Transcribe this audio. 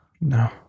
No